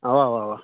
اَوا اَوا اَوا